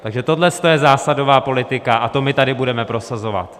Takže tohle je zásadová politika a to my tady budeme prosazovat.